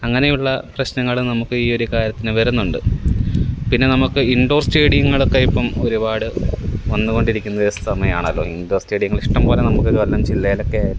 അങ്ങനെയുള്ള പ്രശ്നങ്ങൾ നമുക്ക് ഈ ഒരു കാര്യത്തിന് വരുന്നുണ്ട് പിന്നെ നമുക്ക് ഇൻഡോർ സ്റ്റേഡിയങ്ങളൊക്കെ ഇപ്പം ഒരുപാട് വന്നുകൊണ്ടിരിക്കുന്ന ഒരു സമയമാണല്ലോ ഇൻഡോർ സ്റ്റേഡിയങ്ങൾ ഇഷ്ടം പോലെ നമുക്ക് കൊല്ലം ജില്ലേലൊക്കെയായിട്ട്